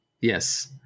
yes